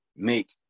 make